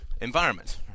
environment